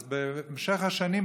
אז בהמשך השנים,